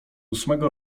ósmego